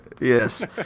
Yes